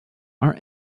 are